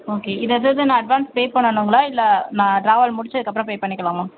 okay இது எதாவது நான் அட்வான்ஸ் பே பண்ணணுங்களா இல்லை நான் ட்ராவல் முடித்ததுக்கு அப்புறம் பே பண்ணிக்கலாமா